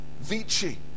Vici